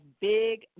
big